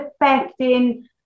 affecting